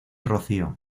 rocío